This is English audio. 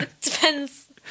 Depends